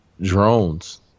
drones